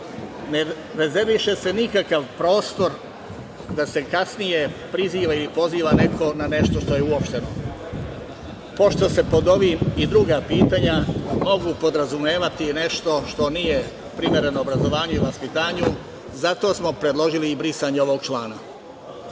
rezerviše se nikakav prostor da se kasnije priziva ili poziva neko na nešto što je uopšteno. Pošto se pod ovim, i druga pitanja mogu podrazumevati i nešto što nije primereno obrazovanju i vaspitanju, zato smo predložili brisanje ovog člana.